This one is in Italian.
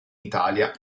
italia